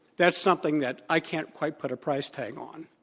that's something that i can't quite put a price tag on.